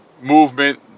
movement